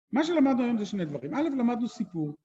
מה שלמדנו היום זה שני דברים, א', למדנו סיפור